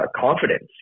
confidence